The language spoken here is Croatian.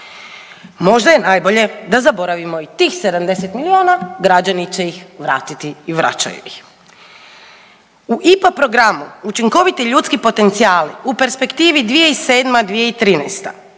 Možda je najbolje da zaboravimo i tih 70 milijuna, građani će ih vratiti i vraćaju ih. U IPA programu učinkoviti ljudski potencijali u perspektivi 2007./2013.